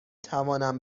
توانم